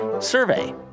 survey